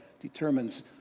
determines